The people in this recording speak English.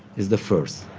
he's the first.